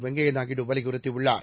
வெங்கையா நாயுடு வலியுறுத்தியுள்ளார்